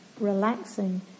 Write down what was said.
relaxing